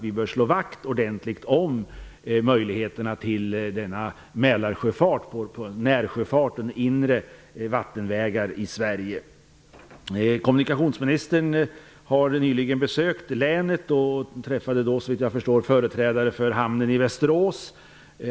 Vi bör slå vakt om möjlighe terna till denna Mälarsjöfart och närsjöfart på inre vattenvägar i Sverige. Kommunikationsministern har nyligen besökt länet och träffade, såvitt jag förstår, förträdare för hamnen i Västerås.